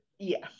Yes